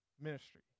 ministry